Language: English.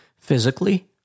physically